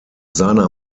seiner